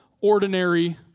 ordinary